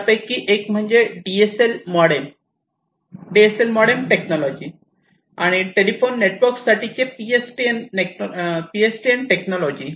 त्यापैकी एक म्हणजे DSL मॉडेम टेक्नॉलॉजी आणि टेलिफोन नेटवर्क साठीचे PSTN टेक्नॉलॉजी